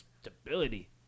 stability